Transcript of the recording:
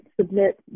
submit